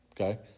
Okay